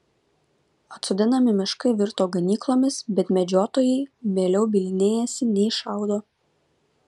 atsodinami miškai virto ganyklomis bet medžiotojai mieliau bylinėjasi nei šaudo